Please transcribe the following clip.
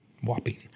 Whopping